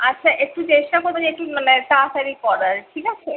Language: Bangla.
আচ্ছা একটু চেষ্টা করবেন যে একটু মানে তাড়াতাড়ি করার ঠিক আছে